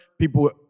People